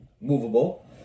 movable